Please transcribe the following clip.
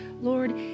Lord